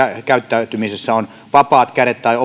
äänestyskäyttäytymisessä on vapaat kädet tai